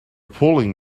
pulling